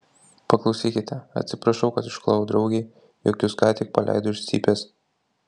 paklausykite atsiprašau kad išklojau draugei jog jus ką tik paleido iš cypės